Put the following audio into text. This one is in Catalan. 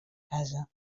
casa